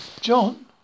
John